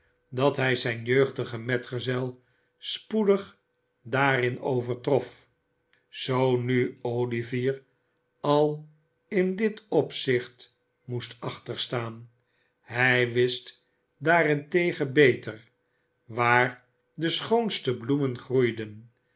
dat hij zijn jeugdigen metgezel spoedig daarin overtrof zoo nu olivier al in dit opzicht moest achterstaan hij wist daarentegen beter waar de schoonste bloemen groeiden